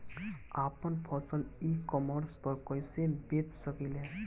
आपन फसल e-commerce पर कईसे बेच सकिले?